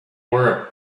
wore